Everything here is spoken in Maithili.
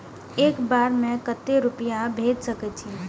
एक बार में केते रूपया भेज सके छी?